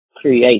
creation